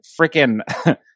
freaking